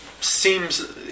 seems